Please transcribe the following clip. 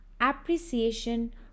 appreciation